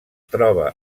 troba